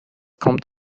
kommt